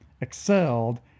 excelled